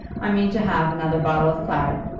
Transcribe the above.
i mean to have another bottle of claret.